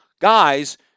guys